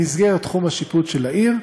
במסגרת תחום השיפוט של העיר.